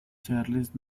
charles